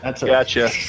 Gotcha